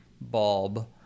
bulb